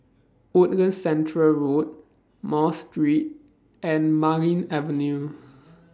Woodlands Centre Road Mosque Street and Marlene Avenue